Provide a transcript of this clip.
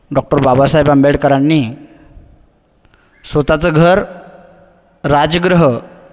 doctor Babasaheb आंबेडकरांनी स्वतःचं घर राजगृह